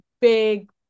big